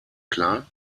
klar